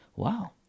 wow